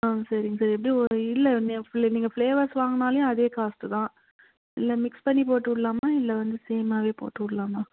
ஆ சரிங்க சார் எப்படியும் ஒரு இல்லை நீங்கள் ஃபிளேவர்ஸ் வாங்கினாலியும் அதே காஸ்ட்டு தான் இல்லை மிக்ஸ் பண்ணி போட்டு விட்லாமா இல்லை வந்து சேம்மாகவே போட்டு விட்லாமா